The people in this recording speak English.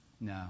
No